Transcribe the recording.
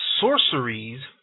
sorceries